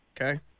Okay